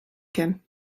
ken